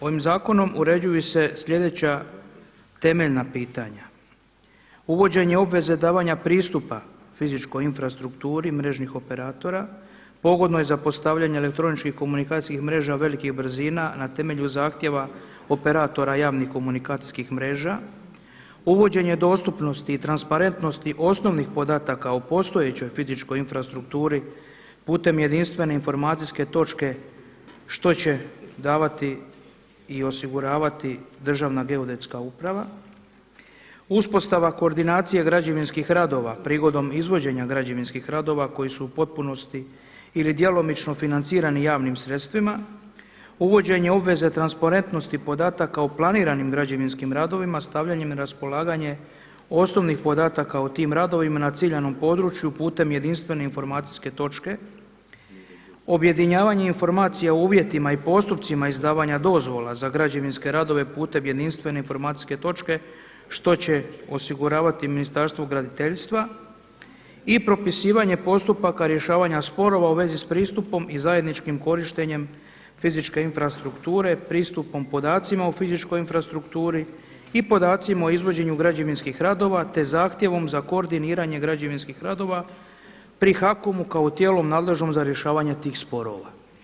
Ovim zakonom uređuju se slijedeća temeljna pitanja: uvođenje obveze davanja pristupa fizičkoj infrastrukturi mrežnih operatora, pogodno je za postavljanje elektroničkih komunikacijskih mreža velikih brzina na temelju zahtjeva operatora javnih komunikacijskih mreža, uvođenje dostupnosti i transparentnosti osnovnih podataka o postojećoj fizičkoj infrastrukturi putem jedinstvene informacijske točke što će davati i osiguravati Državna geodetska uprava, uspostava koordinacije građevinskih radova prigodom izvođenja građevinskih radova koji su u potpunosti ili djelomično financirani javnim sredstvima, uvođenje obveze transparentnosti podataka o planiranim građevinskim radovima stavljanjem na raspolaganje osnovnih podataka o tim radovima na ciljanom području putem jedinstvene informacijske točke, objedinjavanje informacija o uvjetima i postupcima izdavanja dozvola za građevinske radove putem jedinstvene informacijske točke što će osiguravati Ministarstvo graditeljstva i propisivanje postupaka rješavanja sporova u vezi s pristupom i zajedničkim korištenjem fizičke infrastrukture, pristupom podacima o fizičkoj infrastrukturi i podacima o izvođenju građevinskih radova te zahtjevom za koordiniranje građevinskih radova pri HACOM-u kao tijelu nadležnom za rješavanje tih sporova.